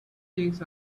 things